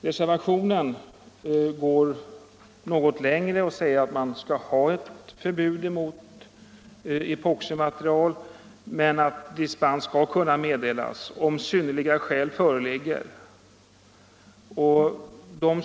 Reservationen går något längre och förordar ett förbud mot epoximaterial med möjlighet att meddela dispens om synnerliga skäl föreligger.